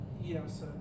Yes